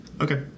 Okay